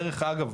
דרך אגב,